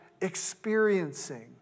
experiencing